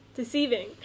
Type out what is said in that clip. Deceiving